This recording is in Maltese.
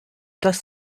tas